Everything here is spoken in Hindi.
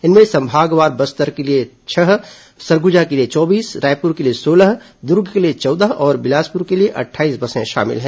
इनमें संभागवार बस्तर के लिए छह सरगुजा के लिए चौबीस रायपुर के सोलह दुर्ग के लिए चौदह और बिलासपुर के लिए अट्ठाईस बसें शामिल हैं